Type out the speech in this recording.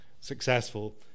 successful